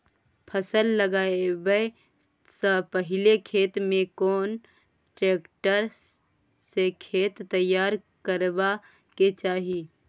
फसल लगाबै स पहिले खेत में कोन ट्रैक्टर स खेत तैयार करबा के चाही?